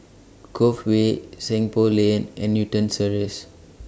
Cove Way Seng Poh Lane and Newton Cirus